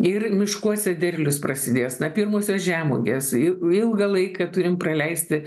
ir miškuose derlius prasidės na pirmosios žemuogės ilgą laiką turim praleisti